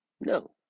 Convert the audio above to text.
No